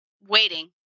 waiting